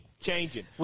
changing